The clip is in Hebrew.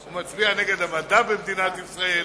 הוא מצביע נגד המדע במדינת ישראל